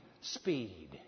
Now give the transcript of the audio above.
speed